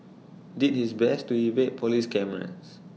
did his best to evade Police cameras